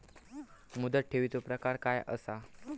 मुदत ठेवीचो प्रकार काय असा?